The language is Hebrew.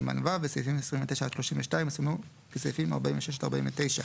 בעמוד 24. (ה)